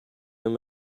them